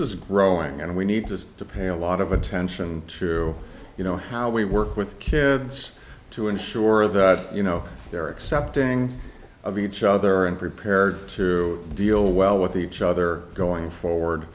is growing and we need just to pay a lot of attention to you know how we work with kids to ensure that you know they're accepting of each other and prepared to deal well with each other going forward